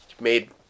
made